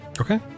Okay